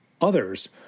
others